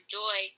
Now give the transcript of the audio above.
joy